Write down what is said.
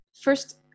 first